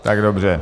Tak dobře.